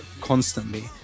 constantly